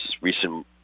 recent